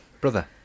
Brother